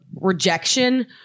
rejection